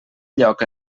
lloc